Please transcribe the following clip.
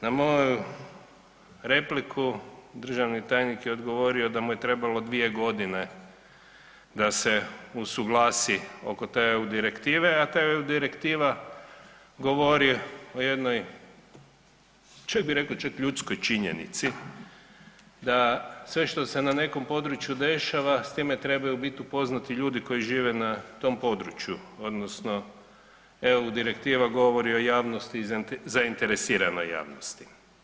Na moju repliku državni tajnik je odgovorio da mu je trebalo 2 g. da se usuglasi oko te EU direktive a ta EU direktiva govori o jednoj čak bi rekao, čak ljudskoj činjenici da sve što se na nekom području dešava, s time trebaju bit upoznati ljudi koji žive na tom području odnosno EU direktiva govori o javnosti i zainteresiranoj javnosti.